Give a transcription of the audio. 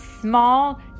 small